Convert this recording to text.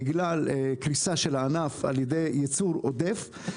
בגלל קריסה של הענף על ידי ייצור עודף.